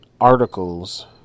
articles